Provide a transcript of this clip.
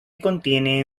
contiene